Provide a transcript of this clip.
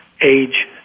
age